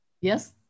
Yes